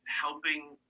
helping